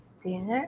dinner